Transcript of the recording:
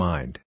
Mind